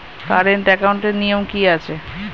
Current একাউন্টের নিয়ম কী আছে?